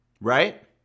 Right